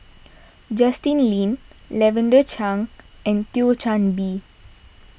Justin Lean Lavender Chang and Thio Chan Bee